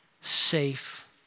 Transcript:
safe